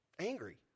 angry